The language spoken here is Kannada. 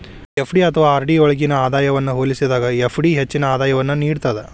ಎಫ್.ಡಿ ಅಥವಾ ಆರ್.ಡಿ ಯೊಳ್ಗಿನ ಆದಾಯವನ್ನ ಹೋಲಿಸಿದಾಗ ಎಫ್.ಡಿ ಹೆಚ್ಚಿನ ಆದಾಯವನ್ನು ನೇಡ್ತದ